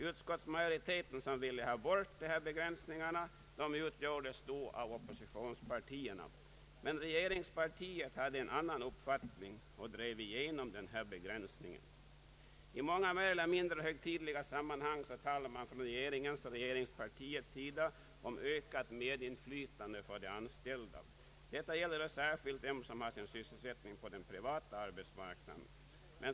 Utskottsmajoriteten, som ville slopa begränsningarna, utgjordes den gången av oppositionspartierna. Men regeringspartiet hade en annan uppfattning och drev igenom denna begränsning. I många mer eller mindre högtidliga sammanhang talar man från regeringens och regeringspartiets sida om ökat medinflytande för de anställda. Detta gäller särskilt dem som har sin sysselsättning på den privata arbetsmarknaden.